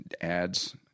ads